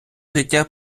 життя